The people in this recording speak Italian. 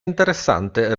interessante